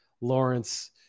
Lawrence